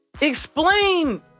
Explain